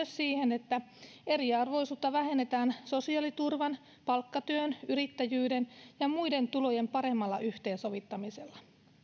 siihen että eriarvoisuutta vähennetään sosiaaliturvan palkkatyön yrittäjyyden ja muiden tulojen paremmalla yhteensovittamisella